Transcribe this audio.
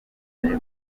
ibintu